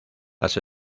las